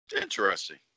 Interesting